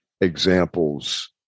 examples